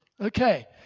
Okay